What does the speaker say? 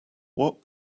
what